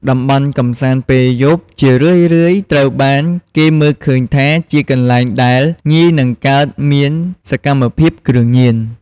តំបន់កម្សាន្តពេលយប់ ជារឿយៗ ត្រូវបានគេមើលឃើញថា ជាទីកន្លែងដែល ងាយនឹងកើតមានសកម្មភាពគ្រឿងញៀន។